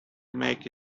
make